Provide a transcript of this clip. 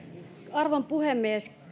arvon puhemies